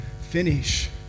finish